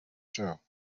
show